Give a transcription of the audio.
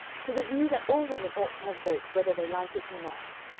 to the view that all women ought to have votes whether they like it or not.